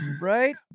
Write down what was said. right